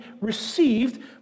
received